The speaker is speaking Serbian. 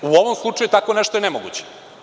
U ovom slučaju tako nešto je nemoguće.